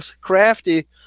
crafty